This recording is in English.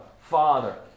Father